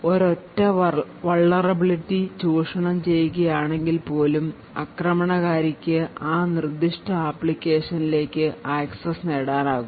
ഒരൊറ്റ vulnerablity ചൂഷണം ചെയ്യപ്പെടുകയാണെങ്കിൽപ്പോലും ആക്രമണകാരിക്ക് ആ നിർദ്ദിഷ്ട അപ്ലിക്കേഷനിലേക്ക് ആക്സസ് നേടാനാകും